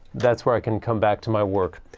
that's where i can come back to my work.